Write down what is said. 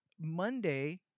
Monday